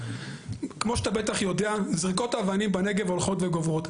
כמו שאתה יודע זריקות האבנים בנגב הולכות וגוברות,